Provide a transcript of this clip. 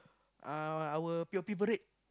uh our P_O_P parade